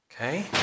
Okay